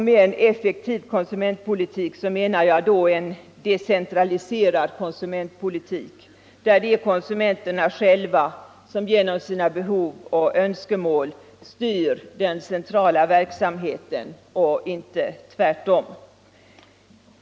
Med en effektiv konsumentpolitik menar jag då en decentraliserad konsumentpolitik, där det är konsumenterna själva som genom sina behov och önskemål styr den centrala verksamheten och inte tvärtom.